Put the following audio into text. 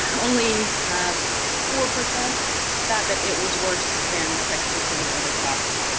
only four percent thought that it was worse than textbooks in their other classes.